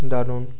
দারুণ